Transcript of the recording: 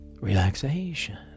relaxation